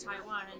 Taiwan